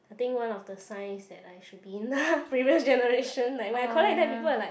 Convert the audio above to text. I think one of the signs that I should be in the previous generation like when I collect that people were like